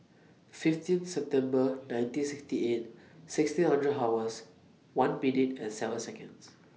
fifteen September nineteen sixty eight sixteen hundred hours one minute and seven Seconds